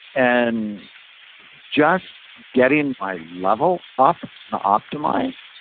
and just getting my level up and optimize,